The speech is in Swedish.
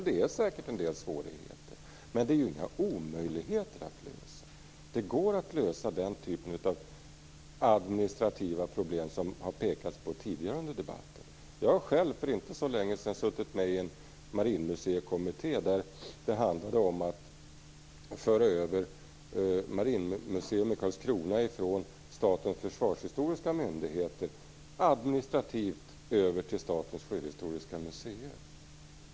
Det finns säkert en del svårigheter, men det är inga omöjligheter. Det går att lösa den typen av administrativa problem, som det har pekats på tidigare under debatten. Jag har själv för inte så länge sedan suttit med i en marinmuseikommitté, där det handlade om att föra över Marinmuseum i Karlskrona från Statens försvarshistoriska museer administrativt till Statens sjöhistoriska museer.